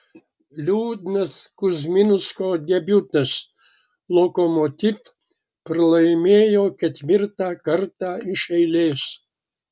liūdnas kuzminsko debiutas lokomotiv pralaimėjo ketvirtą kartą iš eilės